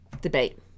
debate